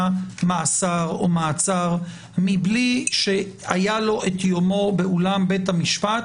מאסר או מעצר מבלי שהיה לו יומו באולם בית המשפט,